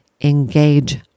Engage